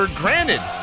granted